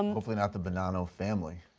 um clean up the bonanno family.